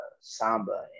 Samba